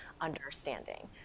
understanding